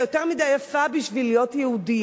את יותר מדי יפה בשביל להיות יהודייה.